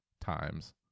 times